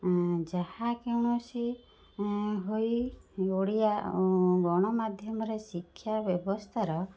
ଯାହାକୌଣସି ହୋଇ ଗଣମାଧ୍ୟମର ଶିକ୍ଷା ବ୍ୟବସ୍ଥାର